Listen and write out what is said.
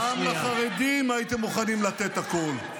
לחרדים הייתם מוכנים לתת הכול.